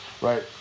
right